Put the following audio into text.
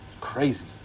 Crazy